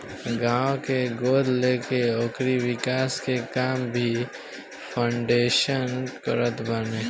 गांव के गोद लेके ओकरी विकास के काम भी फाउंडेशन करत बाने